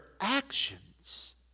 actions